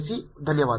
ಧನ್ಯವಾದ